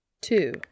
Two